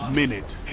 minute